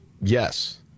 Yes